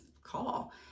call